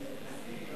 נתקבל.